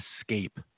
escape